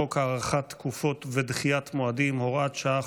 חוק הארכת תקופות ודחיית מועדים (הוראת שעה,